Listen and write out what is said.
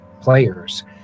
players